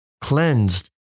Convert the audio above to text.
Cleansed